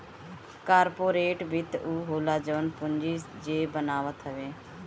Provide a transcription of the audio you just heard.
corporate वित्त उ होला जवन पूंजी जे बनावत हवे